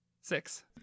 Six